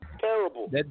terrible